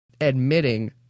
admitting